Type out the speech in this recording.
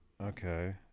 okay